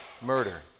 murder